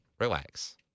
Relax